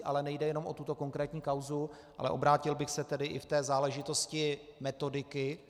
Ale nejde jenom o tuto konkrétní kauzu, ale obrátil bych se tedy i v té záležitosti metodiky.